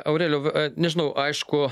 aurelijau v nežinau aišku